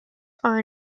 are